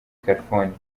california